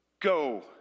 go